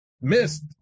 missed